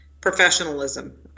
professionalism